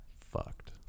fucked